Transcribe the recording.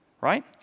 Right